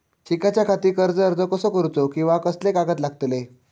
शिकाच्याखाती कर्ज अर्ज कसो करुचो कीवा कसले कागद लागतले?